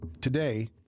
Today